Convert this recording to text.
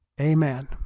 Amen